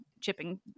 chipping